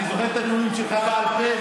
אני זוכר את הנאומים שלך בעל פה,